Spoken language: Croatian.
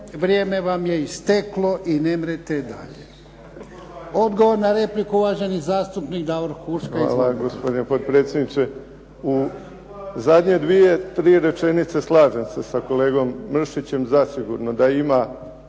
Vrijeme vam je isteklo i nemrete dalje. Odgovor na repliku uvaženi zastupnik Davor Huška. **Huška, Davor (HDZ)** Hvala gospodine potpredsjedniče. U zadnje dvije, tri rečenice slažem se sa kolegom Mršićem zasigurno da ima